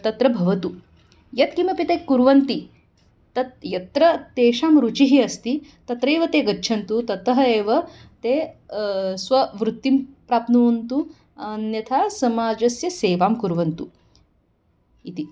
तत्र भवतु यत्किमपि ते कुर्वन्ति तत् यत्र तेषां रुचिः अस्ति तत्रैव ते गच्छन्तु ततः एव ते स्ववृत्तिं प्राप्नुवन्तु अन्यथा समाजस्य सेवां कुर्वन्तु इति